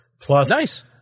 plus